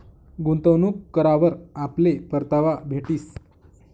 गुंतवणूक करावर आपले परतावा भेटीस